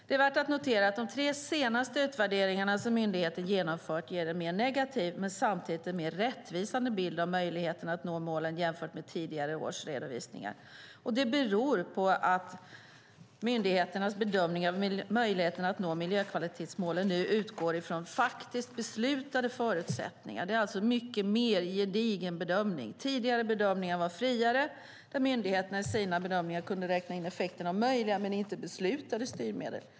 Det är värt att notera att de tre senaste utvärderingarna som myndigheten genomfört ger en mer negativ, men samtidigt en mer rättvisande, bild av möjligheterna att nå målen jämfört med tidigare års redovisningar. Det beror på att myndigheternas bedömningar av möjligheterna att nå miljökvalitetsmålen nu utgår från faktiskt beslutade förutsättningar. Det är en mer gedigen bedömning. Tidigare bedömningar var friare där myndigheterna i sina bedömningar räknade in effekten av möjliga, men inte beslutade, styrmedel.